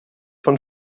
von